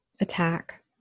attack